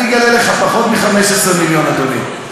אני אגלה לך, פחות מ-15 מיליון, אדוני.